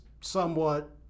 somewhat